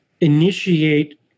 initiate